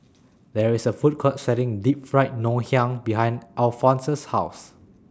There IS A Food Court Selling Deep Fried Ngoh Hiang behind Alfonse's House